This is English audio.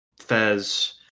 Fez